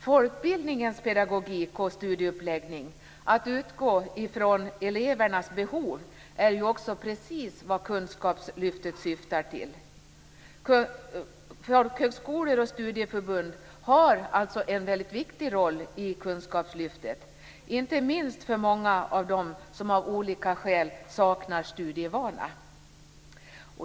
Folkbildningens pedagogik och studieuppläggning, att utgå från elevernas behov, är precis vad kunskapslyftet syftar till. Folkhögskolor och studieförbund har en väldigt viktig roll i kunskapslyftet, inte minst för många av dem som av olika skäl saknar studievana.